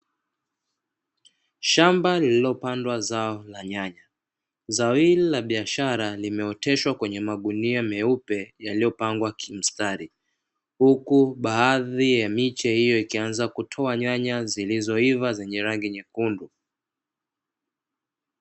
Shamba lililopandwa zao la nyanya, zao hili la biashara limeoteshwa kwenye magunia meupe yaliyopangwa kimstari. Huku baadhi ya miche hiyo ikianza kutoa nyanya zilizoiva zenye rangi nyekundu.